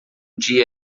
dia